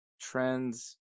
Trends